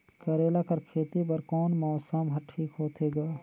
करेला कर खेती बर कोन मौसम हर ठीक होथे ग?